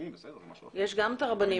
יש גם את הרבנים,